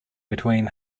between